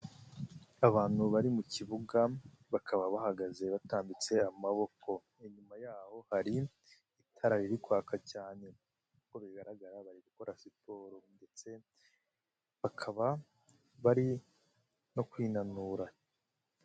Abantu bari mu kibuga, bakaba bahagaze batambitse amaboko. Inyuma yaho hari itara riri kwaka cyane. Nkuko bigaragara bari gukora siporo, ndetse bakaba bari no kwinanura.